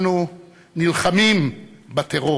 אנחנו נלחמים בטרור.